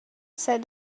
said